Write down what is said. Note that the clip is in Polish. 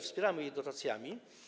Wspieramy je dotacjami.